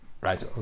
right